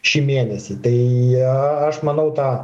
šį mėnesį tai aš manau tą